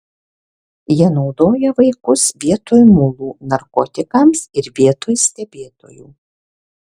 jie naudoja vaikus vietoj mulų narkotikams ir vietoj stebėtojų